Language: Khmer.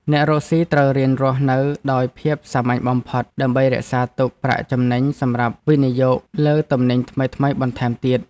អ្នករកស៊ីត្រូវរៀនរស់នៅដោយភាពសាមញ្ញបំផុត ដើម្បីរក្សាទុកប្រាក់ចំណេញសម្រាប់វិនិយោគលើទំនិញថ្មីៗបន្ថែមទៀត។